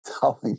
telling